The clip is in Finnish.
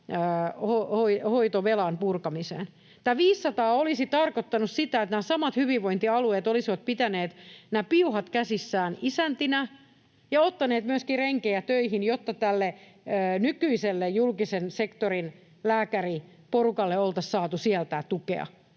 hoitovelan purkamiseen. Tämä 500 miljoonaa olisi tarkoittanut sitä, että nämä samat hyvinvointialueet olisivat pitäneet nämä piuhat käsissään isäntinä ja ottaneet myöskin renkejä töihin, jotta tälle nykyiselle julkisen sektorin lääkäriporukalle oltaisiin saatu sieltä tukea.